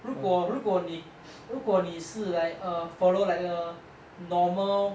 如果如果你如果你是 like err follow like err normal